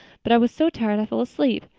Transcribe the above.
but i was so tired i fell asleep.